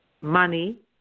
Money